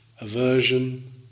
aversion